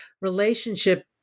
relationship